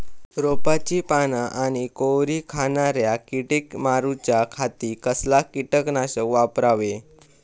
रोपाची पाना आनी कोवरी खाणाऱ्या किडीक मारूच्या खाती कसला किटकनाशक वापरावे?